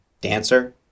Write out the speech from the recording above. dancer